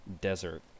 desert